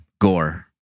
gore